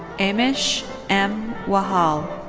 amish m wahal.